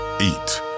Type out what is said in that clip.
eat